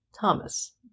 Thomas